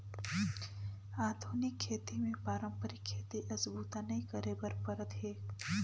आधुनिक खेती मे पारंपरिक खेती अस बूता नइ करे बर परत हे